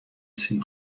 سیم